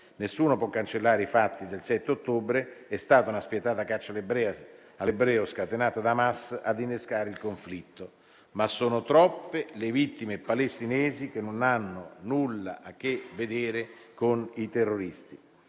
Nessuno può cancellare i fatti del 7 ottobre: è stata la spietata caccia all'ebreo scatenata da Hamas ad innescare il conflitto. Tuttavia sono troppe le vittime palestinesi che non hanno nulla a che vedere con i terroristi.